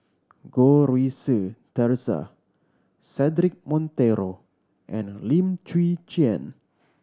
Goh Rui Si Theresa Cedric Monteiro and Lim Chwee Chian